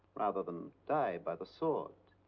rather than die by the sword.